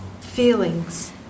feelings